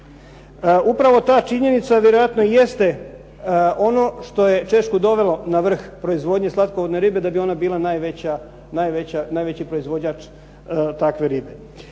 Upravo ta činjenica vjerojatno jeste ono što je Češku dovelo na vrh proizvodnje slatkovodne ribe, da bi ona bila najveći proizvođač takve ribe.